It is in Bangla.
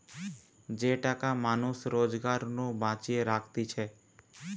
যে টাকা মানুষ রোজগার নু বাঁচিয়ে রাখতিছে